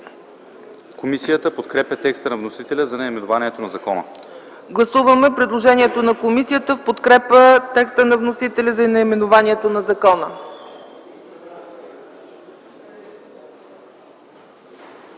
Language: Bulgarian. Комисията подкрепя текста на вносителя за наименованието на закона. ПРЕДСЕДАТЕЛ ЦЕЦКА ЦАЧЕВА: Гласуваме предложението на комисията в подкрепа текста на вносителя за наименованието на закона.